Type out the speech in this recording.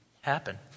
happen